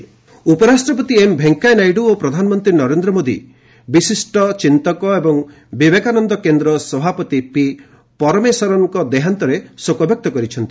VPPM Parameswaran ଉପରାଷ୍ଟ୍ରପତି M Venkaiah Naidu ଓ ପ୍ରଧାନମନ୍ତ୍ରୀ ନରେନ୍ଦ୍ର ମୋଦି ବିଶିଷ୍ଟ ଚିନ୍ତକ ଏବଂ ବିବେକାନନ୍ଦ କେନ୍ଦ୍ର ସଭାପତି ପି ପରମେଶ୍ରନ୍ଙ୍କ ଦେହାନ୍ତରେ ଶୋକବ୍ୟକ୍ତ କରିଛନ୍ତି